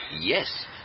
Yes